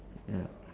ya